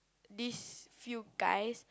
this few guys